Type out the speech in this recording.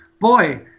boy